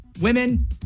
women